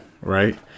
right